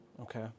okay